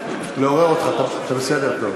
אז איפה מדינת ישראל מצטיינת מכל מדינות ה-OECD?